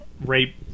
rape